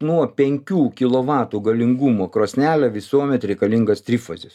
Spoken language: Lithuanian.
nuo penkių kilovatų galingumo krosnelę visuomet reikalingas trifazis